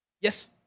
Yes